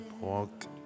Walk